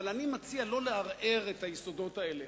אבל אני מציע לא לערער את היסודות האלה.